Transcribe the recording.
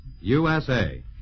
USA